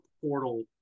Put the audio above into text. portal